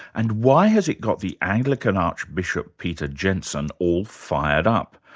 and why has it got the anglican archbishop, peter jensen all fired up?